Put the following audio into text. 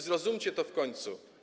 Zrozumcie to w końcu.